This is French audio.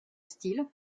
style